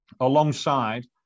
alongside